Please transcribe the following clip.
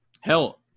Hell